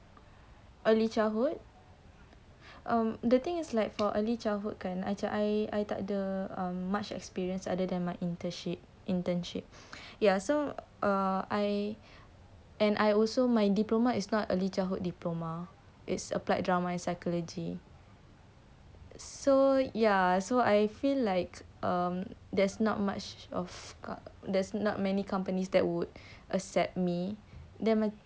early childhood um the thing is like for early childhood kan macam I tak ada um much experience other than my internship internship ya so err I and I also my diploma is not early childhood diploma is applied drama and psychology so ya so I feel like um there's not much of got there's not many companies that would accept me then ma~